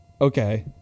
okay